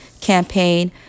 campaign